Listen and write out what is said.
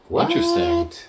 Interesting